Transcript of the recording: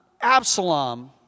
Absalom